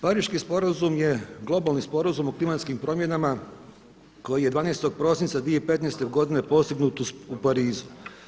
Pariški sporazum je globalni sporazum o klimatskim promjenama koji je 12. prosinca 2015. godine postignut u Parizu.